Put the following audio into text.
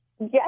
Yes